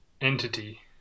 entity